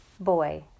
Boy